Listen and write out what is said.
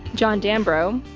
john danborough.